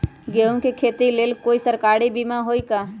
गेंहू के खेती के लेल कोइ सरकारी बीमा होईअ का?